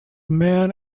men